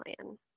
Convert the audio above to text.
plan